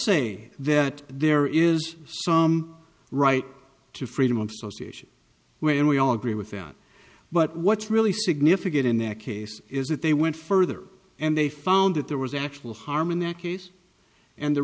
say that there is some right to freedom of association where we all agree with that but what's really significant in that case is that they went further and they found that there was actual harm in that case and the